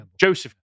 Joseph